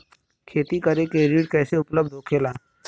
खेती करे के ऋण कैसे उपलब्ध होखेला?